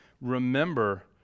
remember